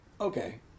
okay